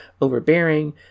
overbearing